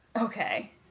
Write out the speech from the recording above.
Okay